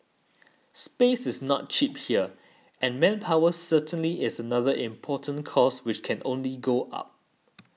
space is not cheap here and manpower certainly is another important cost which can only go up